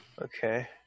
Okay